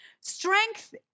Strength